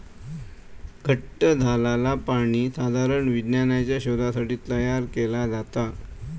घट्ट झालंला पाणी साधारण विज्ञानाच्या शोधासाठी तयार केला जाता